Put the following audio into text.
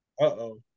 Uh-oh